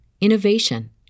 innovation